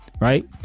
right